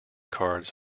cards